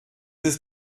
ist